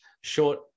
short